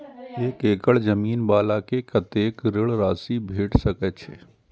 एक एकड़ जमीन वाला के कतेक ऋण राशि भेट सकै छै?